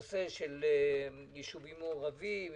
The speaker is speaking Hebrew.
הנושא של ישובים מעורבים,